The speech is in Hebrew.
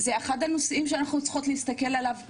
הנושאים שאנחנו צריכות להסתכל עליו.